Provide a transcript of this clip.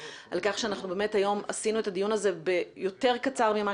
על כך שאנחנו היום עשינו את הדיון הזה יותר קצר ממה